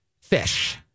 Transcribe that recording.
fish